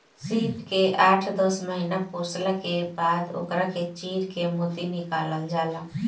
सीप के आठ दस महिना पोसला के बाद ओकरा के चीर के मोती निकालल जाला